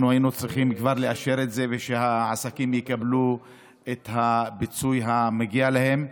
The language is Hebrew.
אנחנו היינו כבר צריכים לאשר את זה ושהעסקים יקבלו את הפיצוי המגיע להם.